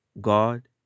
God